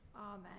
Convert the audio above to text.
Amen